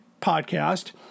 podcast